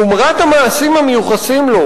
חומרת המעשים המיוחסים לו,